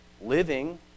living